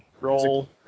roll